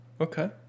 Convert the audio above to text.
okay